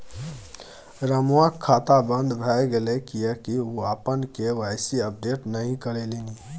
रमुआक खाता बन्द भए गेलै किएक ओ अपन के.वाई.सी अपडेट नहि करेलनि?